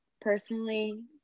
personally